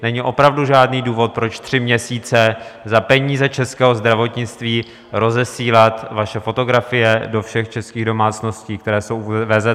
Není opravdu žádný důvod, proč tři měsíce za peníze českého zdravotnictví rozesílat vaše fotografie do všech českých domácností, které jsou u VZP.